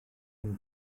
and